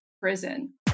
prison